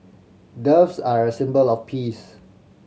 doves are a symbol of peace